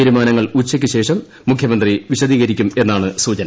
തീരുമാനങ്ങൾ ഉച്ചയ്ക്കുശേഷം യോഗ മുഖ്യമന്ത്രി വിശദീകരിക്കുമെന്നാണ് സൂചന